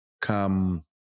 come